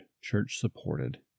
church-supported